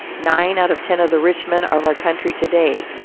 nine out of ten of the rich men of our country to-day,